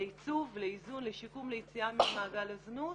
לייצוב, לאיזון, לשיקום ליציאה ממעגל הזנות,